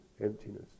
emptiness